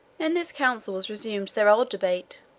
in this council was resumed their old debate,